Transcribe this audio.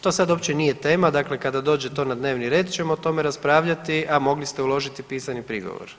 To sad uopće nije tema dakle kada dođe to na dnevni red ćemo o tome raspravljati, a mogli ste uložiti pisani prigovor.